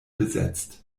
besetzt